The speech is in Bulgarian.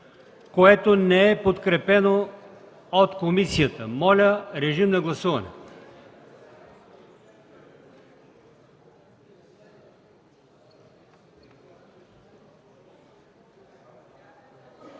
което не е подкрепено от комисията. Моля, режим на гласуване.